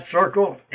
circle